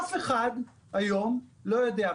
אף אחד היום לא יודע.